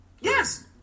Yes